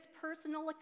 personal